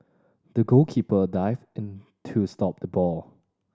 the goalkeeper dived to stop the ball